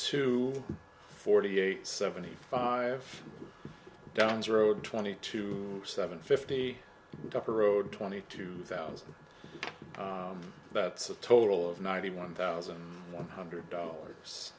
to forty eight seventy five down zero twenty two seven fifty dr road twenty two thousand that's a total of ninety one thousand one hundred dollars